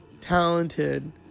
talented